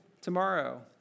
tomorrow